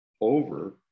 over